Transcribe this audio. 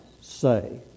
say